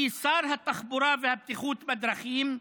כי שר התחבורה והבטיחות בדרכים,